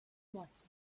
what